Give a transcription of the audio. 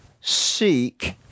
seek